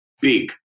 big